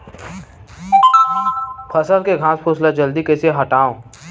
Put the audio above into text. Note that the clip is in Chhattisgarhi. फसल के घासफुस ल जल्दी कइसे हटाव?